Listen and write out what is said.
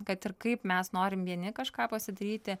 kad ir kaip mes norim vieni kažką pasidaryti